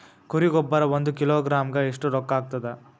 ಕುರಿ ಗೊಬ್ಬರ ಒಂದು ಕಿಲೋಗ್ರಾಂ ಗ ಎಷ್ಟ ರೂಕ್ಕಾಗ್ತದ?